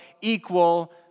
equal